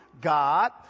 God